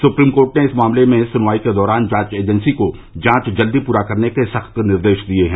supreme court ने इस मामले में सुनवाई के दौरान जांच एजेंसी को जांच जल्दी पूरी करने के सख्त निर्देश दिये हैं